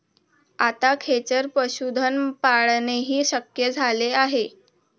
आता खेचर पशुधन पाळणेही शक्य झाले आहे